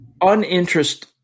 uninterest